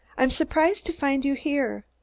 i'm surprised to find you here.